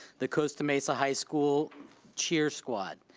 the costa mesa high school cheer squad.